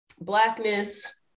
blackness